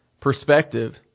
perspective